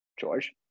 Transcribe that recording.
George